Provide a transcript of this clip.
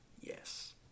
Yes